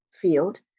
field